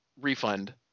refund